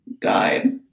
Died